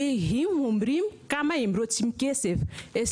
הם אומרים כמה כסף הם רוצים.